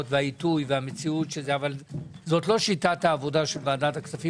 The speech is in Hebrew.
והעיתוי אבל זאת לא שיטת העבודה של ועדת הכספים,